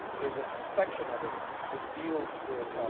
there is a section of it which deals with,